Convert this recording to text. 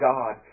God